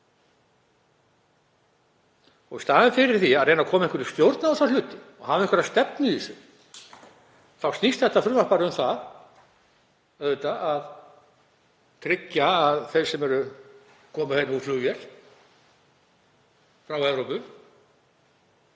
Og í staðinn fyrir að reyna að koma einhverri stjórn á þessa hluti og hafa einhverja stefnu í þessu þá snýst þetta frumvarp bara um það að tryggja að þeir sem koma hér úr flugvél frá Evrópu